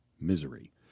Misery